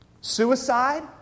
Suicide